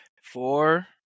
Four